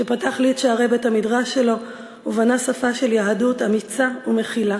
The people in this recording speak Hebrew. שפתח לי את שערי בית-המדרש שלו ובנה שפה של יהדות אמיצה ומכילה.